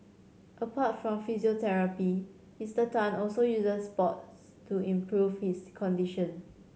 apart from physiotherapy Mister Tan also uses sports to improve his condition